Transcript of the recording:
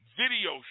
video